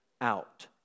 out